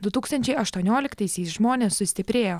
du tūkstančiai aštuonioliktaisiais žmonės sustiprėjo